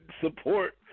support